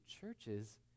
churches